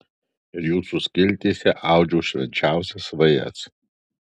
ir jūsų skiltyse audžiau švenčiausias svajas